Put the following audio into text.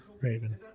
Raven